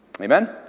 Amen